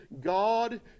God